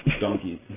donkeys